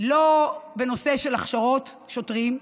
לא בנושא של הכשרות שוטרים,